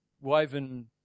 woven